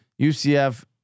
UCF